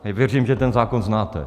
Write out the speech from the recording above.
Věřím, že ten zákon znáte.